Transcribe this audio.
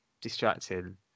distracting